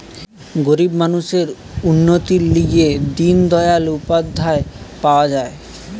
গরিব মানুষদের উন্নতির লিগে দিন দয়াল উপাধ্যায় পাওয়া যায়